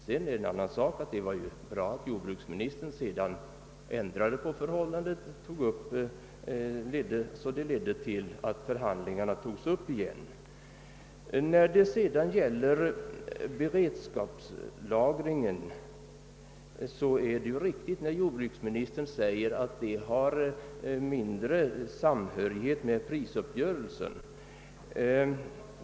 — Sedan är det en annan sak att det var bra att jordbruksministern efter hand ändrade på förhållandena, :så att förhandlingarna återupptogs. Vad beredskapslagringen beträffar är det riktigt som jordbruksministern säger, att denna har mindre samband med prisuppgörelsen.